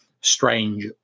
strange